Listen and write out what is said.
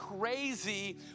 crazy